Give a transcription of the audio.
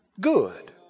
good